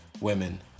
women